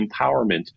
empowerment